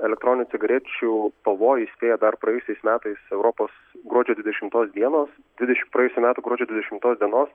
elektroninių cigarečių pavojų įspėjo dar praėjusiais metais europos gruodžio dvidešimtos dienos dvideši praėjusių metų gruodžio dvidešimtos dienos